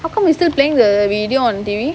how come you still playing the video on T_V